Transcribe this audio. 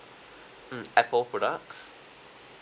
mm Apple products